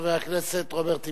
חבר הכנסת רוברט טיבייב,